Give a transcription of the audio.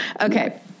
Okay